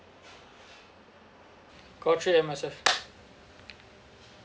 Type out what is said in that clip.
call three M_S_F